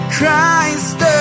Christ